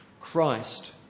Christ